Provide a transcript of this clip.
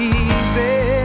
easy